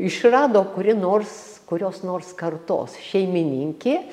išrado kuri nors kurios nors kartos šeimininkė